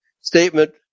statement